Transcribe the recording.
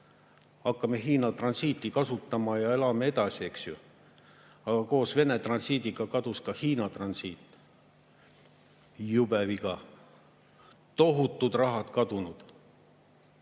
hakkame Hiina transiiti kasutama ja elame edasi, eks ju. Aga koos Vene transiidiga kadus ka Hiina transiit. Jube viga, tohutu raha on kadunud.